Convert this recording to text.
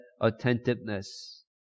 attentiveness